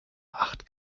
acht